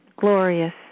glorious